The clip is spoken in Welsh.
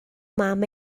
mam